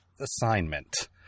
assignment